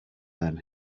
then